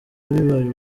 bibaye